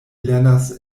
lernas